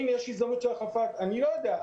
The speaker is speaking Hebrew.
אני לא יודע,